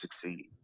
succeed